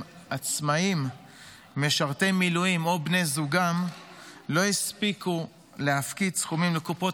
עצמאים משרתי מילואים או בני זוגם לא הספיקו להפקיד סכומים לקופות